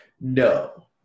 No